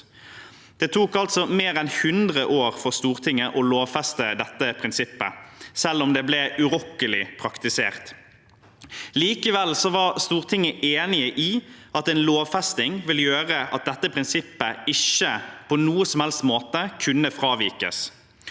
Det tok altså mer enn 100 år for Stortinget å lovfeste dette prinsippet, selv om det ble urokkelig praktisert. Likevel var Stortinget enig i at en lovfesting ville gjøre at dette prinsippet ikke på noen som helst måte kunne fravikes.